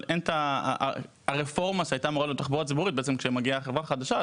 אבל הרפורמה שהייתה אמורה להיות עם הגעת החברה החדשה,